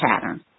pattern